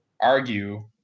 argue